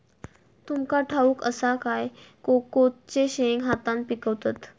तुमका ठाउक असा काय कोकोचे शेंगे हातान पिकवतत